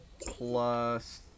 plus